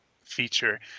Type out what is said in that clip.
feature